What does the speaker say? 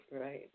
Right